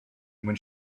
when